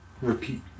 repeat